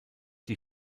die